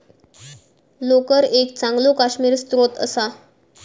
लोकर एक चांगलो काश्मिरी स्त्रोत असा